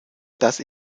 dass